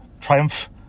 triumph